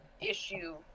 issue